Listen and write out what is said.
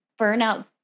burnout